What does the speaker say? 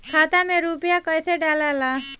खाता में रूपया कैसे डालाला?